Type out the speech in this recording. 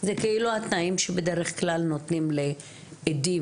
זה כאילו התנאים שבדרך כלל נותנים לעדים,